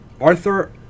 Arthur